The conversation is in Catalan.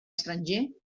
estranger